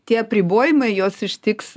tie apribojimai juos ištiks